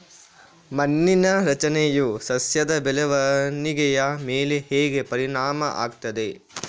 ಮಣ್ಣಿನ ರಚನೆಯು ಸಸ್ಯದ ಬೆಳವಣಿಗೆಯ ಮೇಲೆ ಹೇಗೆ ಪರಿಣಾಮ ಆಗ್ತದೆ?